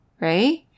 right